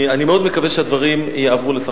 אני מאוד מקווה שהדברים יעברו לשר.